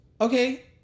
Okay